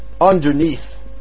underneath